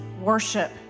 worship